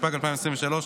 התשפ"ג 2023,